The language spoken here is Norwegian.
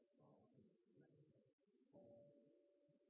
da har